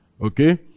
Okay